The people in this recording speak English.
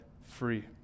free